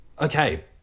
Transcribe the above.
Okay